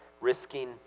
risking